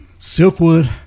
Silkwood